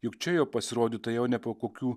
juk čia jo pasirodyta jau ne po kokių